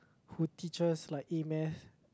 who teach us like E-maths